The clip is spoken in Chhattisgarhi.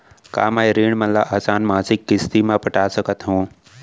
का मैं ऋण मन ल आसान मासिक किस्ती म पटा सकत हो?